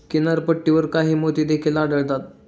किनारपट्टीवर काही मोती देखील आढळतात